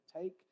take